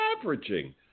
Averaging